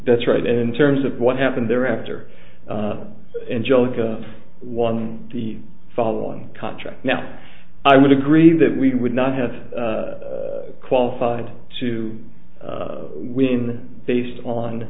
that's right and in terms of what happened there after angelica won the following contract now i would agree that we would not have qualified to win based on